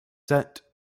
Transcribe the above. set